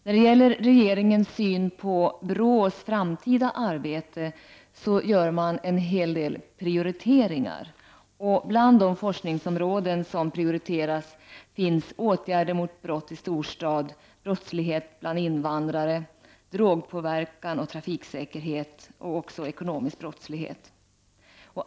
När det gäller regeringens syn på BRÅs framtida arbete görs en hel del prioriteringar. Bland de forskningsområden som prioriteras finns åtgärder mot brott i storstad, mot brottslighet bland invandrare, mot drogpåverkan och mot bristande trafiksäkerhet samt mot ekonomisk brottslighet.